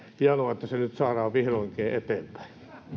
hienoa että se nyt saadaan vihdoinkin eteenpäin